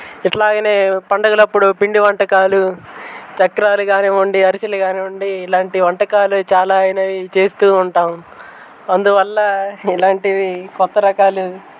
ఇట్లాగనే పండగలప్పుడు పిండి వంటకాలు చక్రాలు కానివ్వండి అరెసులు కానివ్వండి ఇలాంటి వంటకాలు చాలా అయినయి ఇవి చేస్తూ ఉంటాము అందువల్ల ఇలాంటివి కొత్త రకాలు